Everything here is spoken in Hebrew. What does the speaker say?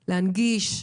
להנגיש,